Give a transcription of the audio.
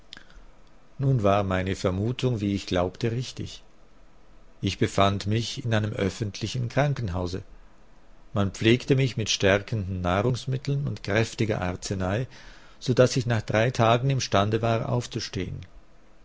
nun war meine vermutung wie ich glaubte richtig ich befand mich in einem öffentlichen krankenhause man pflegte mich mit stärkenden nahrungsmitteln und kräftiger arzenei so daß ich nach drei tagen imstande war aufzustehen